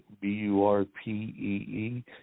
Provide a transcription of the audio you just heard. B-U-R-P-E-E